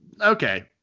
okay